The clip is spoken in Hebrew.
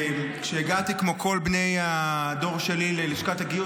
כשהגעתי כמו כל בני הדור שלי ללשכת הגיוס,